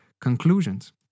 conclusions